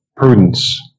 prudence